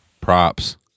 props